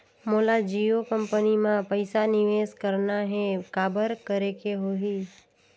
मोला जियो कंपनी मां पइसा निवेश करना हे, काबर करेके होही?